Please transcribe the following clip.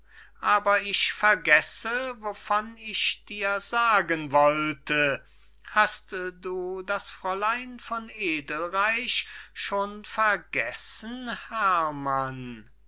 aber ich vergesse wovon ich dir sagen wollte hast du das fräulein von edelreich schon vergessen herrmann